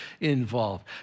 involved